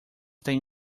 têm